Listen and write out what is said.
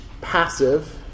passive